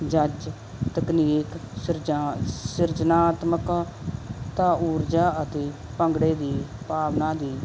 ਜੱਜ ਤਕਨੀਕ ਸਿਰਜਾ ਸਿਰਜਨਾਤਮਕ ਤਾਂ ਊਰਜਾ ਅਤੇ ਭੰਗੜੇ ਦੀ ਭਾਵਨਾ ਦੀ